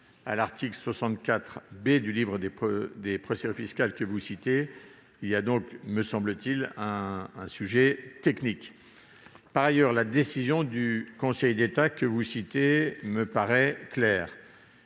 à l'article L. 64 B du livre des procédures fiscales, que vous citez. Il y a donc, me semble-t-il, une difficulté d'ordre technique. Par ailleurs, la décision du Conseil d'État que vous évoquez me paraît claire.